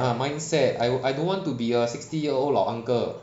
ah I don't want to be a sixty year old 老 uncle